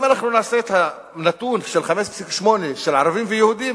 אם אנחנו נעשה את הנתון של 5.8 של ערבים ויהודים,